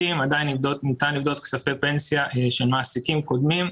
ועדיין מותר לפדות כספי פנסיה של מעסיקים קודמים.